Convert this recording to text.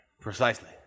precisely